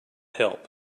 help